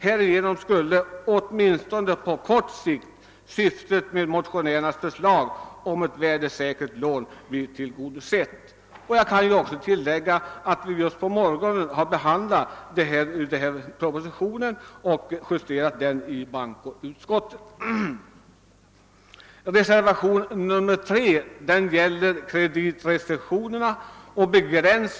Härigenom skulle, åtminstone på kort sikt, syftet med motionärernas förslag om ett värdesäkert lån bli tillgodosett.> Jag kan tillägga att vi i dag på morgonen i bankoutskottet har justerat utlåtandet över propositionen om premiering av visst, frivilligt sparande, m.m. .